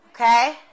Okay